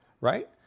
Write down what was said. right